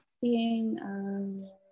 seeing